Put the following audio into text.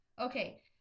Okay